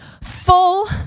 full